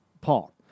Paul